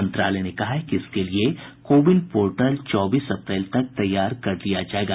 मंत्रालय ने कहा है कि इसके लिये कोविन पोर्टल चौबीस अप्रैल तक तैयार कर लिया जायेगा